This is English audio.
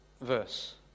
verse